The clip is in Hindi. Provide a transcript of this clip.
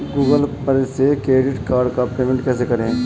गूगल पर से क्रेडिट कार्ड का पेमेंट कैसे करें?